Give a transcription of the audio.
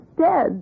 dead